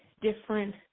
different